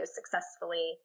successfully